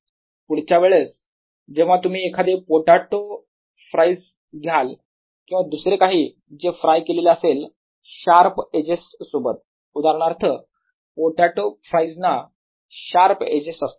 पुढच्या वेळेस जेव्हा तुम्ही एखादे पोटॅटो फ्राईज घ्याल किंवा दुसरे काही जे फ्राय केलेले असेल शार्प एजेस सोबत उदाहरणार्थ पोटॅटो फ्राईजना शार्प एजेस आहेत